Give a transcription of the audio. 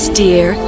dear